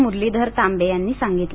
मुरलीधर तांबे यांनी सांगितलं